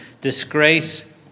disgrace